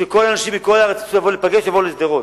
כדי שכל האנשים מכל הארץ יבואו להיפגש בשדרות.